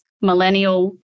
millennial